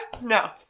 No